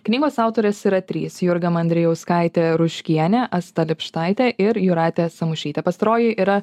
knygos autorės yra trys jurga mandrijauskaitė ruškienė asta lipštaitė ir jūratė samušytė pastaroji yra